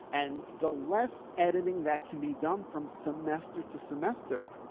and the less editing that can be done from semester to semester,